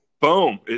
Boom